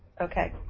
Okay